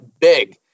big